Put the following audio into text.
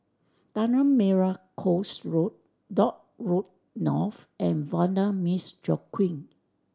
Tanah Merah Coast Road Dock Road North and Vanda Miss Joaquim